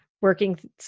working